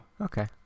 okay